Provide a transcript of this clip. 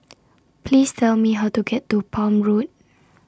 Please Tell Me How to get to Palm Road